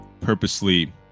purposely